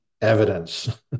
evidence